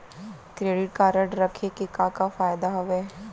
Credit card रखे के का का फायदा हवे?